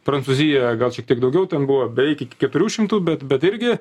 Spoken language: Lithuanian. prancūzija gal šiek tiek daugiau ten buvo beveik iki keturių šimtų bet bet irgi